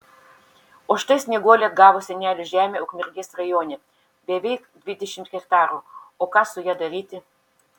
o štai snieguolė atgavo senelių žemę ukmergės rajone beveik dvidešimt hektarų o ką su ja daryti